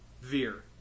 Veer